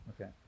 okay